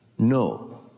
No